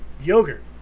Yogurt